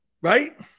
right